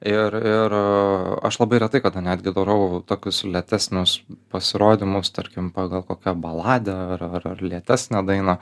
ir ir aš labai retai kada netgi darau tokius lėtesnius pasirodymus tarkim pagal kokią baladę ar ar ar lėtesnę daina